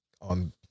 on